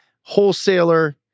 wholesaler